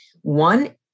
one